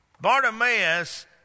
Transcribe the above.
Bartimaeus